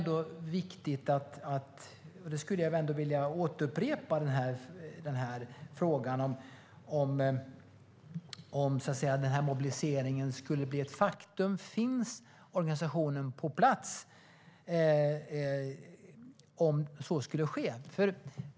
Då vill jag återupprepa min fråga om ifall en mobilisering skulle bli ett faktum, finns organisationen på plats om så skulle ske?